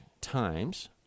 Times